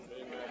Amen